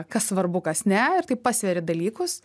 kas svarbu kas ne ir taip pasveri dalykus